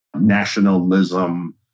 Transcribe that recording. nationalism